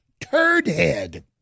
Turdhead